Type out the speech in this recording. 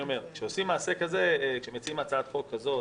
כשעושים מעשה כזה, כשמציעים הצעת חוק כזאת,